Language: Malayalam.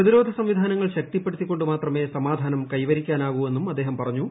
പ്രതിരോധ സംവിധാനങ്ങൾ ശക്തിപ്പെടുത്തിക്കൊണ്ട് മാത്രമേ സമാധാനം കൈവരിക്കാനാകൂവെന്നും അദ്ദേഹം പറഞ്ഞു